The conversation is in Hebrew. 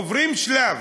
עוברים שלב.